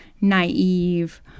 naive